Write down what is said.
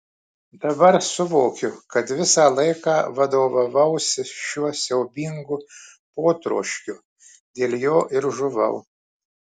dabar suvokiu kad visą laiką vadovavausi šiuo siaubingu potroškiu dėl jo ir žuvau